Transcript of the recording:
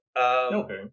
Okay